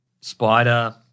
Spider-